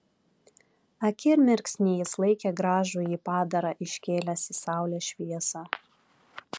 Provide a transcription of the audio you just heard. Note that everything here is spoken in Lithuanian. akimirksnį jis laikė gražųjį padarą iškėlęs į saulės šviesą